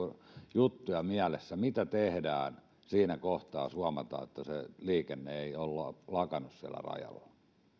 juttuja mielessä mitä tehdään siinä kohtaa jos huomataan että se liikenne ei ole lakannut siellä rajalla